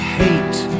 hate